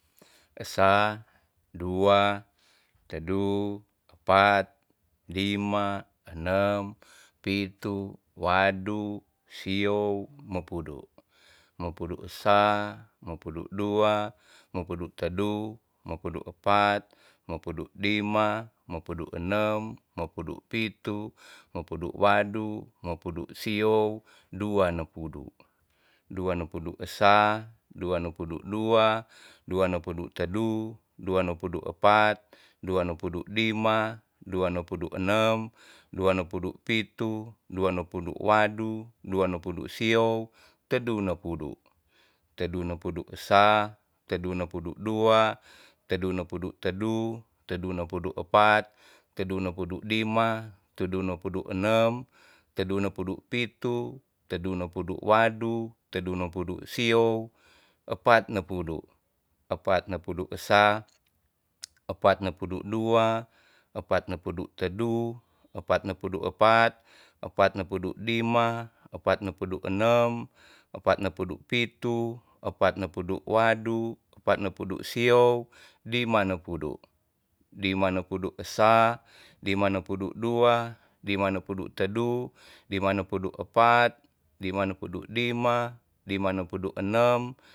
Esa, dua, tedu, epat, lima, enem, pitu, wadu, siuw, mopudu. mopudu esa, mopudu dua, mopudu tedu, mopudu epat, mopudu lima, mopudu enem, mopudu pitu, mopudu wadu, mopudu siuw, dua nepudu. dua nepudu esa, dua nepudu dua, dua nepudu tedu, dua nepudu epat, dua nepudu lima, dua nepudu enam, dua nepudu pitu, dua nepudu wadu, dua nepudu siuw, tedu nepudu, tedu nepudu esa, tedu nepudu dua, tedu nepudu tedu, tedu nepudu epat, tedu nepudu lima, tedu nepudu enem, tedu nepudu pitu, tedu nepudu wadu, tedu nepudu siuw, epat nepudu. epat nepudu esa, epat nepudu dua, epat nepudu tedu, epat nepudu epat, epat nepudu lima, epat nepudu enam, epat nepudu pitu, epat nepudu wadu, epat nepudu siuw, lima nepudu. lima nepudu esa, lima nepudu dua, lima nepudu tedu, lima nepudu epat, lima nepudu lima, lima nepudu enam.